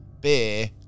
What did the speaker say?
beer